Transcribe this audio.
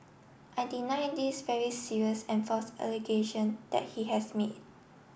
I deny this very serious and false allegation that he has made